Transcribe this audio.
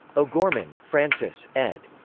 o'gorman, francis, ed.